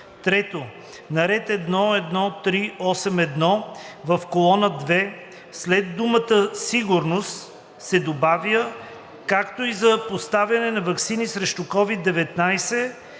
3. На ред 1.1.3.8.1 в колона 3 след думата „сигурност“ се добавя „както и за поставяне на ваксини срещу COVID-19